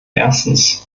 erstens